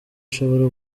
ishobora